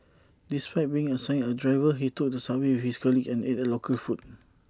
despite being assigned A driver he took the subway with his colleagues and ate local food